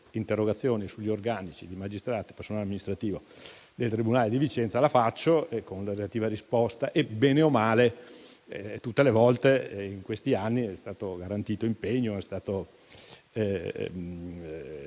interrogazioni sugli organici di magistrati e personale amministrativo del tribunale di Vicenza, ottengo la relativa risposta e bene o male tutte le volte in questi anni è stato garantito impegno. Sono